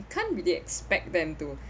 can't really expect them to